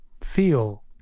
feel